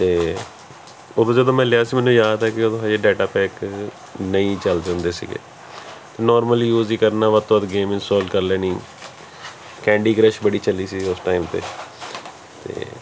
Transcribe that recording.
ਅਤੇ ਉਦੋਂ ਜਦੋਂ ਮੈਂ ਲਿਆ ਸੀ ਮੈਨੂੰ ਯਾਦ ਹੈ ਕਿ ਉਦੋਂ ਹਜੇ ਡਾਟਾ ਪੈਕ ਨਹੀਂ ਚਲਦੇ ਹੁੰਦੇ ਸੀਗੇ ਨੋਰਮਲੀ ਯੂਜ ਹੀ ਕਰਨਾ ਵੱਧ ਤੋਂ ਵੱਧ ਗੇਮ ਇੰਸਟਾਲ ਕਰ ਲੈਣੀ ਕੈਂਡੀ ਕ੍ਰਸ਼ ਬੜੀ ਚੱਲੀ ਸੀ ਉਸ ਟਾਈਮ 'ਤੇ